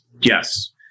Yes